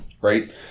Right